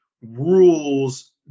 rules